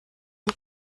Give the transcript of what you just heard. und